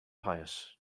pious